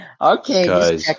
Okay